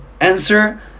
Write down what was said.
answer